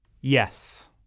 Yes